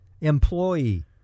Employee